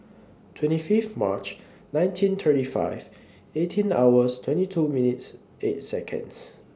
twenty Fifth March nineteen thirty five eighteen hours twenty two minutes eight Seconds